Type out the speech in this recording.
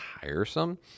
tiresome